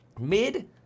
mid